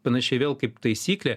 panašiai vėl kaip taisyklė